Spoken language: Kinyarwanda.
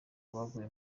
abaguye